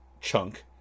chunk